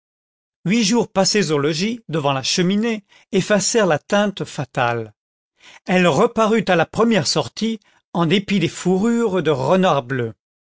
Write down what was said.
huit jours passés au logis devant la cheminée effacèrent la teinte fatale elle reparut à la première sortie en dépit des fourrures de renard bleu